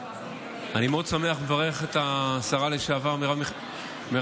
אני מאוד שמח לברך את השרה לשעבר מירב כהן.